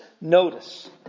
notice